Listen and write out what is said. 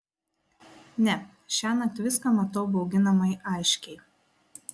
ne šiąnakt viską matau bauginamai aiškiai